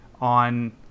on